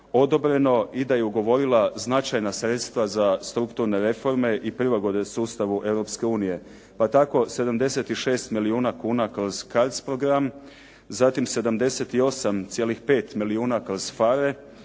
odobreno i da je ugovorila značajna sredstva za strukturne reforme i prilagodbe sustavu Europske unije. Pa tako 76 milijuna kuna kroz CARDS program, zatim 78,5 milijuna kroz FAR